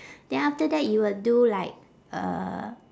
then after that you will do like uh